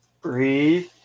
Breathe